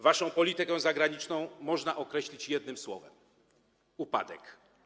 Waszą politykę zagraniczną można określić jednym słowem - upadek.